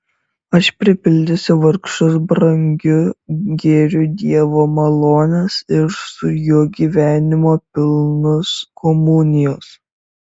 aš pripildysiu vargšus brangiu gėriu dievo malonės ir su juo gyvenimo pilnos komunijos